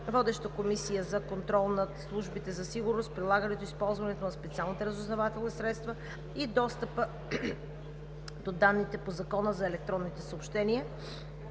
Водеща е Комисията за контрол над службите за сигурност, прилагането и използването на специалните разузнавателни средства и достъпа до данните по Закона за електронните съобщения.